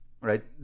right